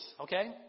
okay